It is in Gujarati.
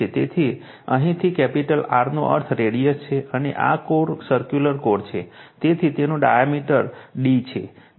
તેથી અહીંથી કેપિટલ R નો અર્થ રેડિયસ છે અને આ કોર સર્કુલર કોર છે તેથી તેનો ડાયામીટર d છે